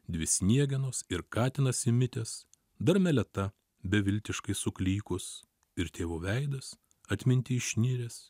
dvi sniegenos ir katinas įmitęs dar meleta beviltiškai suklykus ir tėvo veidas atminty išniręs